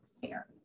fair